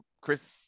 chris